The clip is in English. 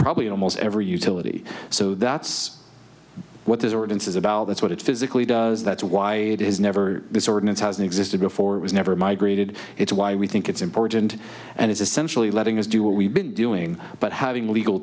probably in almost every utility so that's what this ordinance is about that's what it physically does that's why it is never this ordinance hasn't existed before it was never migrated it's why we think it's important and it's essentially letting us do what we've been doing but having legal